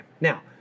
Now